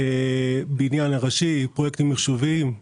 הבניין הראשי, פרויקטים מחשוביים.